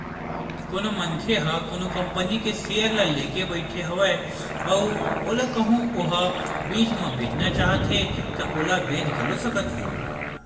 कोनो मनखे ह कोनो कंपनी के सेयर ल लेके बइठे हवय अउ ओला कहूँ ओहा बीच म बेचना चाहत हे ता ओला बेच घलो सकत हे